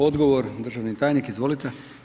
Odgovor državni tajnik, izvolite.